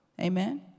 Amen